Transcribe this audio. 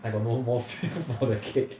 I got no more feel for the cake